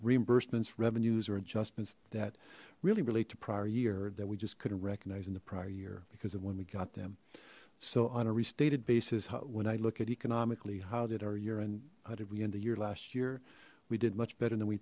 reimbursements revenues or adjustments that really relate to prior year that we just couldn't recognize in the prior year because of when we got them so on a restated basis when i look at economically how did our urine how did we end the year last year we did much better than we